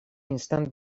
istant